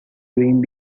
doing